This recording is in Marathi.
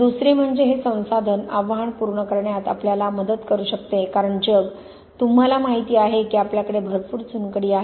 दुसरे म्हणजे हे संसाधन आव्हान पूर्ण करण्यात आपल्याला मदत करू शकते कारण जग तुम्हाला माहिती आहे की आपल्याकडे भरपूर चुनखडी आहेत